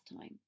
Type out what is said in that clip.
time